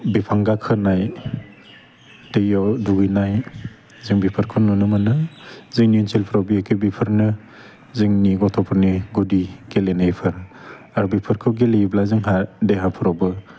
बिफां गाखोनाय दैयाव दुगैनाय जों बेफोरखौ नुनो मोनो जोंनि ओनसोलफ्राव बे एखे बेफोरनो जोंनि गथ'फोरनि गुदि गेलेनायफोर आरो बेफोरखौ गेलेयोब्ला जोंहा देहाफ्रावबो